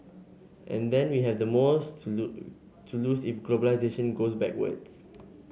and then we have the most to to lose if globalisation goes backwards